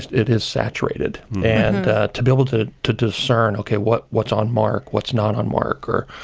it is saturated. and to be able to to discern, okay, what's what's on mark, what's not on mark? or,